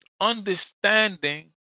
understanding